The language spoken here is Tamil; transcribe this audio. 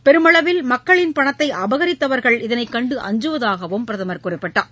பெருமளவில் மக்களின் பணத்தை அபகரித்தவர்கள் இதனை கண்டு அஞ்சுவதாகவும் பிரதமர் குறிப்பிட்டார்